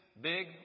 big